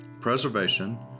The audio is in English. preservation